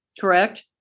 correct